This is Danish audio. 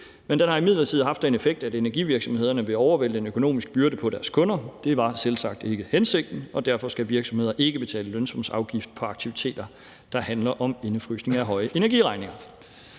men den har imidlertid haft den effekt, at energivirksomhederne vil overvælte en økonomisk byrde på deres kunder. Det var selvsagt ikke hensigten, og derfor skal virksomheder ikke betale lønsumsafgift af aktiviteter, der handler om indefrysning af høje energiregninger.